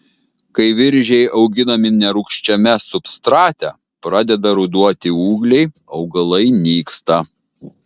kai viržiai auginami nerūgščiame substrate pradeda ruduoti ūgliai augalai nyksta